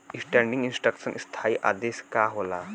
Standing instruction स्थाई आदेश का होला?